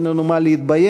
אין לנו מה להתבייש,